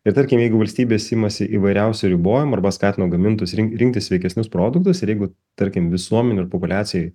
ir tarkim jeigu valstybės imasi įvairiausių ribojimų arba skatino gamintus rink rinktis sveikesnius produktus ir jeigu tarkim visuomenėj ir populiacijai